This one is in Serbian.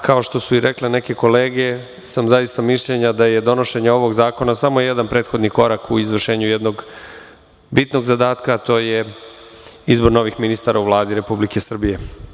Kao što su rekle neke kolege, zaista sam mišljenja da je donošenje ovog zakona samo jedan prethodni korak u izvršenju jednog bitnog zadatka, a to je izbor novih ministara u Vladi Republike Srbije.